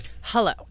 Hello